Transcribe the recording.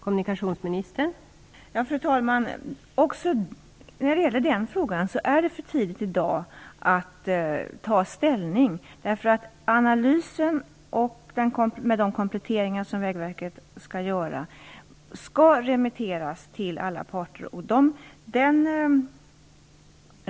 Fru talman! Också när det gäller den frågan är det för tidigt att ta ställning. Analysen med de kompletteringar som Vägverket skall göra skall remitteras till alla parter.